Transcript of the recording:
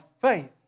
faith